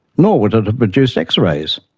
nor would it have produced x-rays.